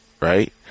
Right